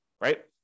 right